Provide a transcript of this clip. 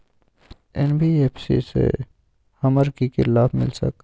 NBFC से हमार की की लाभ मिल सक?